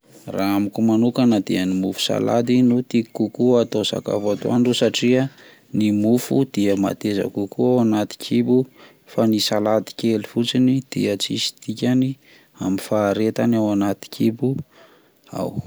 Raha amiko manokana dia ny mofo salady no tiako kokoa atao sakafo atoandro satria ny mofo dia mateza kokoa ao anaty kibo, fa ny salady kely fotsiny dia tsisy dikany amin'ny faharetany ao anaty kibo ao.